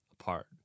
apart